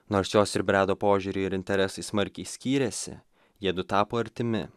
nors jos ir bredo požiūriai ir interesai smarkiai skyrėsi jiedu tapo artimi